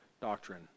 doctrine